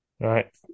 Right